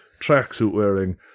tracksuit-wearing